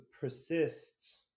persists